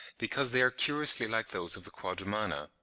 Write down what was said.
because they are curiously like those of the quadrumana.